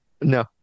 No